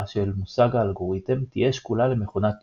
של מושג האלגוריתם תהיה שקולה למכונת טיורינג.